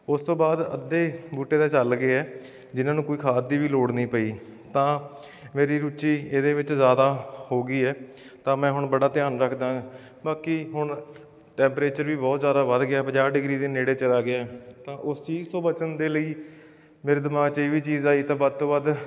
ਉਸ ਤੋਂ ਬਾਅਦ ਅੱਧੇ ਬੂਟੇ ਤਾਂ ਚੱਲ ਗਏ ਆ ਜਿਹਨਾਂ ਨੂੰ ਕੋਈ ਖਾਦ ਦੀ ਵੀ ਲੋੜ ਨਹੀਂ ਪਈ ਤਾਂ ਮੇਰੀ ਰੁਚੀ ਇਹਦੇ ਵਿੱਚ ਜ਼ਿਆਦਾ ਹੋ ਗਈ ਹੈ ਤਾਂ ਮੈਂ ਹੁਣ ਬੜਾ ਧਿਆਨ ਰੱਖਦਾ ਹਾਂ ਬਾਕੀ ਹੁਣ ਟੈਮਰੇਚਰ ਵੀ ਬਹੁਤ ਜ਼ਿਆਦਾ ਵੱਧ ਗਿਆ ਪੰਜਾਹ ਡਿਗਰੀ ਦੀ ਨੇੜੇ ਚਲਾ ਗਿਆ ਤਾਂ ਉਸ ਚੀਜ਼ ਤੋਂ ਬਚਣ ਦੇ ਲਈ ਮੇਰੇ ਦਿਮਾਗ 'ਚ ਇਹ ਵੀ ਚੀਜ਼ ਆਈ ਤਾਂ ਵੱਧ ਤੋਂ ਵੱਧ